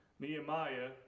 Nehemiah